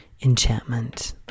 Enchantment